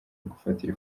gufatira